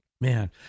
Man